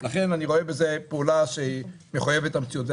לכן אני רואה בזה פעולה שהיא מחויבת המציאות.